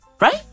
right